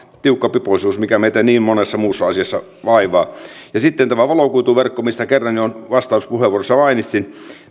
tiukkapipoisuus mikä meitä niin monessa muussa asiassa vaivaa ja sitten tämä valokuituverkko mistä kerran jo vastauspuheenvuorossa mainitsin